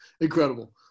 incredible